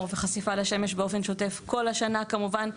וחשיפה לשמש באופן שוטף כל השנה כמובן,